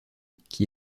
qui